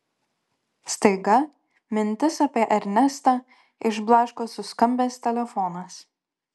staiga mintis apie ernestą išblaško suskambęs telefonas